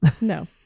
No